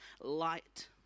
light